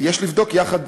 יש לבדוק יחד,